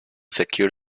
secure